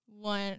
one